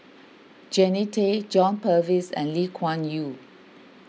Jannie Tay John Purvis and Lee Kuan Yew